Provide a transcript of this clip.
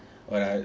when I